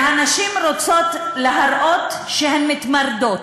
והנשים רוצות להראות שהן מתמרדות,